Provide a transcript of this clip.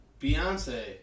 Beyonce